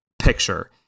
picture